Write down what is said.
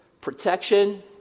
Protection